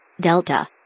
Delta